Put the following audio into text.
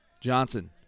Johnson